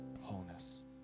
wholeness